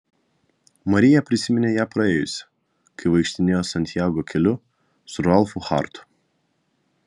marija prisiminė ją praėjusi kai vaikštinėjo santjago keliu su ralfu hartu